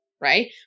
right